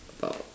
about